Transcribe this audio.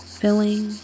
filling